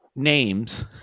Names